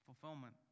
fulfillment